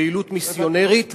פעילות מיסיונרית,